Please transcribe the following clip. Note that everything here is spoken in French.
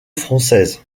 française